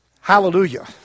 Hallelujah